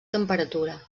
temperatura